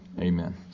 amen